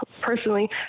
personally